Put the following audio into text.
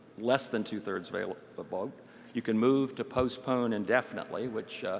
less than two-thirds available but vote. you can move to postpone indefinitely, which